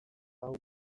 hau